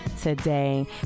today